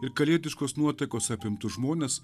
ir kalėdiškos nuotaikos apimtus žmones